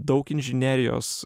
daug inžinerijos